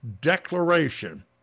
declaration